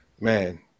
man